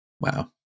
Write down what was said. Wow